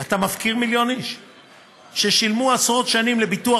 אתה מפקיר מיליון איש ששילמו עשרות שנים לביטוח